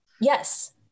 Yes